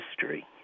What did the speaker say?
history